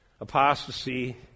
apostasy